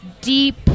deep